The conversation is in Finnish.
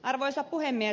arvoisa puhemies